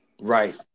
Right